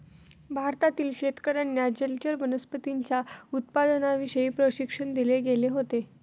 भारतातील शेतकर्यांना जलचर वनस्पतींच्या उत्पादनाविषयी प्रशिक्षण दिले गेले होते